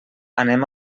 anem